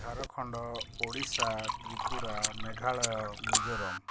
Jharkhand Odisha Tripura Meghalaya Mizoram